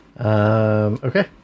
okay